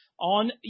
on